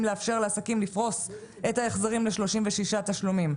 לאפשר לעסקים לפרוס את החזרים ל-36 תשלומים.